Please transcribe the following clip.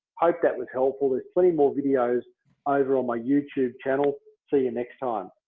hope that was helpful. there's three more videos over on my youtube channel. see you next time.